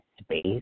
space